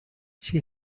she